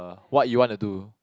uh what you want to do